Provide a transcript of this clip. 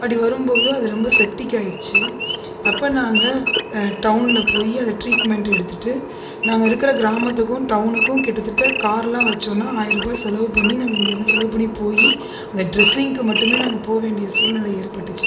அப்படி வரும் போது அது ரொம்ப செப்டிக் ஆகிடுச்சி அப்போ நாங்கள் டவுனில் போய் அதை டிரீட்மென்ட் எடுத்துகிட்டு நாங்கள் இருக்கிற கிராமத்துக்கும் டௌனுக்கும் கிட்டத்தட்ட கார்லாம் வச்சோம்னா ஆயிரரூபா செலவு பண்ணி நாங்கள் இங்கே இருந்து செலவு பண்ணி போய் அந்த ட்ரெஸ்ஸிங்கு மட்டுமே நாங்கள் போக வேண்டிய சூழ்நிலை ஏற்பட்டுச்சு